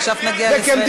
עכשיו נגיע לישראל ביתנו.